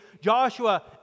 Joshua